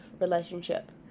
relationship